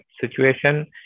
situation